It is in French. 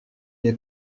les